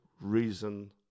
reason